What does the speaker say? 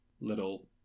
little